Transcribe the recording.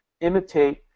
imitate